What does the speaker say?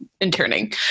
interning